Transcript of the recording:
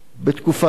בתקופה כזאת,